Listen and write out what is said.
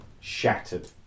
shattered